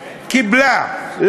קיבלה.